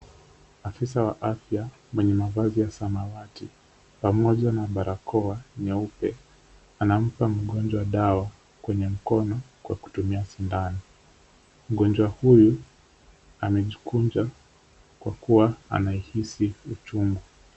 Afisa wa afya mwenye mavazi ya samawati, pamoja na barakoa nyeupe, anampa mgonjwa dawa kwenye mkono kwa kutumia sindano. Mgonjwa huyu anajikunja kwa kuwa anahisi uchungu.